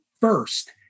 first